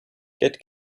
get